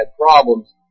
problems